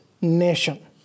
nation